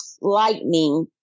lightning